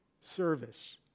service